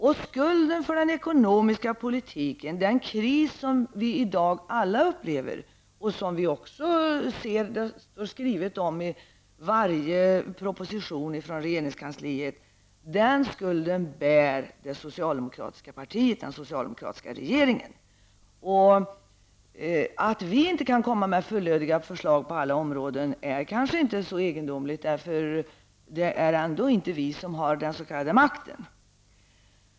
Skulden för den ekonomiska politikens effekter och den kris som vi alla upplever i dag, och som det skrivits om i propositioner från regeringskansliet, bär det socialdemokratiska partiet, den socialdemokratiska regeringen. Att vi inte har kunnat komma med fullödiga förslag på alla områden är kanske inte så egendomligt, eftersom det ändå inte är vi som har den s.k. makten.